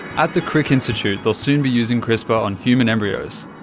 at the crick institute they'll soon be using crispr on human embryos.